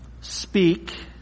speak